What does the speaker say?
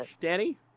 Danny